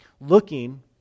looking